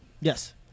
Yes